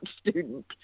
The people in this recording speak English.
student